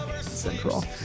central